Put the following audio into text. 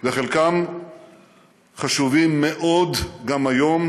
וחלקם חשובים מאוד גם היום,